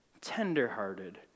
tenderhearted